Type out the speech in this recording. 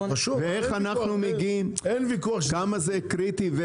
כמה זה קריטי,